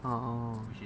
oh